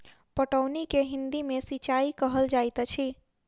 पटौनी के हिंदी मे सिंचाई कहल जाइत अछि